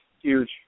huge